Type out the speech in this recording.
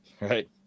Right